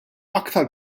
aktar